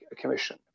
Commission